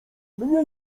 mnie